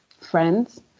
friends